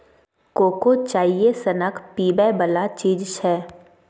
cocoa चाइए सनक पीबै बला चीज छै